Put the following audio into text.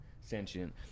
sentient